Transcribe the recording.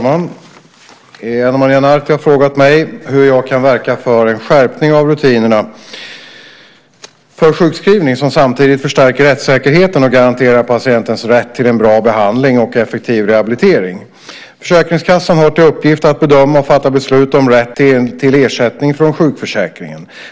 Herr talman! Ana Maria Narti har frågat mig hur jag kan verka för en skärpning av rutinerna för sjukskrivning som samtidigt förstärker rättssäkerheten och garanterar patienternas rätt till en bra behandling och effektiv rehabilitering. Försäkringskassan har till uppgift att bedöma och fatta beslut om rätten till ersättning från sjukförsäkringen.